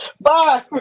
Bye